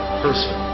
person